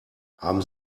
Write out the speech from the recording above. haben